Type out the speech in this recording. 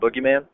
boogeyman